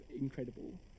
incredible